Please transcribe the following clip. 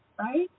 right